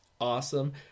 Awesome